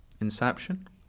Inception